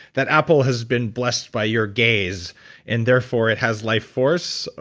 that apple has been blessed by your gaze and therefore it has life force.